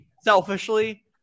Selfishly